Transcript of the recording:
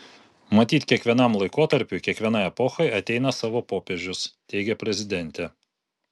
matyt kiekvienam laikotarpiui kiekvienai epochai ateina savo popiežius teigė prezidentė